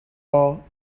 all